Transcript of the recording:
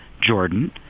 Jordan